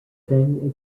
then